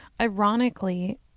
Ironically